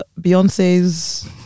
Beyonce's